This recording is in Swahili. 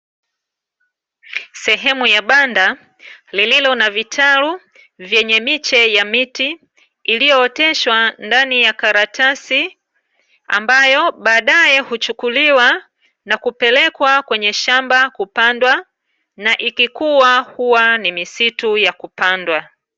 Sehemu ya banda lililo na vitalu vyenye miche ya miti iliyooteshwa ndani ya karatasi, ambayo baadae huchukuliwa na kupelekwa kwenye shamba kupandwa, na ikikua huwa ni misitu ya kupandwa.